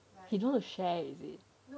don't wanna share is it